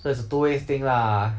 so it's a two way thing lah